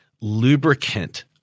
lubricant